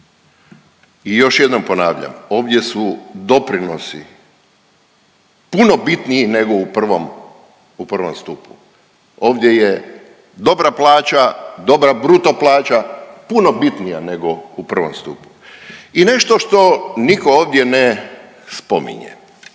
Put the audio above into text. i još jednom ponavljam ovdje su doprinosi puno bitniji nego u prvom stupu, ovdje je dobra plaća, dobra bruto plaća puno bitnija nego u prvom stupu. I nešto što niko ovdje ne spominje,